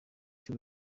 cyo